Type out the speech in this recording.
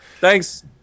Thanks